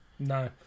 No